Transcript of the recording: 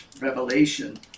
revelation